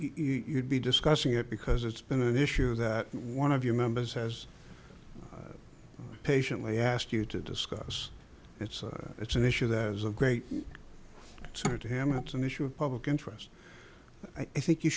you'd be discussing it because it's been an issue that one of your members has patiently asked you to discuss it's it's an issue that has a great answer to him it's an issue of public interest i think you